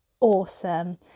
awesome